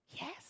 Yes